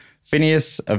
Phineas